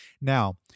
Now